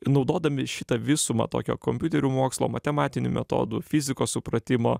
naudodami šitą visumą tokio kompiuterių mokslo matematinių metodų fizikos supratimo